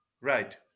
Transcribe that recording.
right